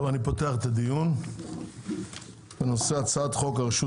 אני פותח את הדיון בנושא הצעת חוק הרשות